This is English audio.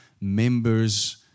members